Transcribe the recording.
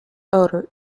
odour